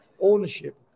ownership